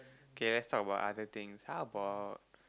K let's talk about other things how about